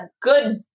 good